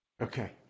Okay